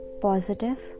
positive